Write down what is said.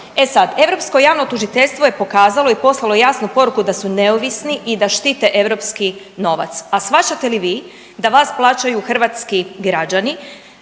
E sad europsko javno tužiteljstvo je pokazalo i poslalo jasno poruku da su neovisni i da štite europski novac, a shvaćate li vi da vas plaćaju hrvatski građani